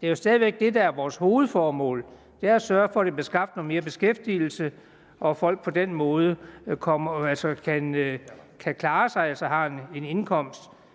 Det er jo stadig væk det, der er vores hovedformål; det er at sørge for, at der bliver skabt mere beskæftigelse, og at folk på den måde kan klare sig, altså har en indkomst.